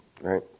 right